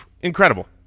incredible